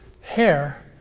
hair